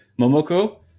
Momoko